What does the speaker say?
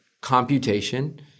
computation